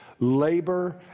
Labor